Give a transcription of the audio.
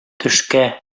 төшкә